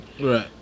Right